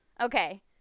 Okay